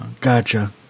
Gotcha